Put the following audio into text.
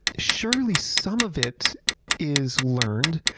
surely, some of it is learned.